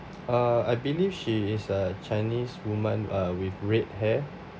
uh I believe she is a chinese woman uh with red hair